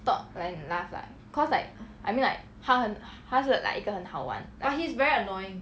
ya we just talk and laugh lah cause like I mean like 他很他是 like 一个很好玩